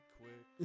quick